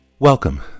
Welcome